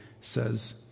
says